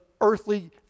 earthly